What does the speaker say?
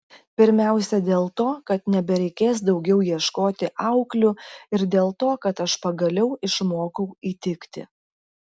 pirmiausia dėl to kad nebereikės daugiau ieškoti auklių ir dėl to kad aš pagaliau išmokau įtikti